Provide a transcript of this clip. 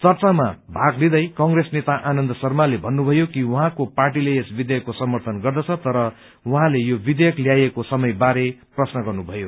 चर्चामा भाग लिँदै कंग्रेस नेता आनन्द शर्माले भन्नुभयो कि उहाँको पार्टीले यस विधेयकको समर्थन गर्दछ तर उहाँले यो विधेयक ल्याइएको समयबारे प्रश्न गर्नुभयो